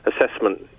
assessment